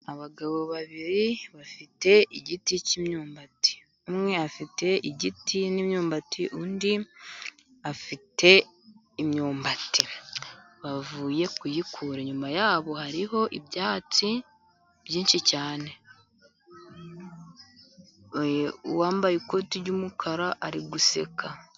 Abagabo babiri bafite igiti cy'imyumbati, umwe afite igiti n'imyumbati, undi afite imyumbati bavuye kuyikura, inyuma yabo hariho ibyatsi byinshi cyane, uwambaye ikoti ry'umukara ari guseka.